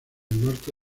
norte